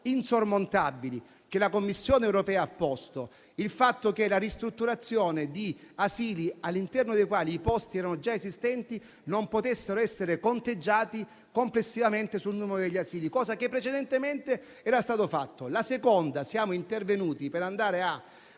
insormontabili che la Commissione europea ha posto, il fatto che la ristrutturazione di asili all'interno dei quali i posti erano già esistenti non potessero essere conteggiati complessivamente sul numero degli asili (cosa che precedentemente era stata fatta). La seconda direzione: siamo intervenuti per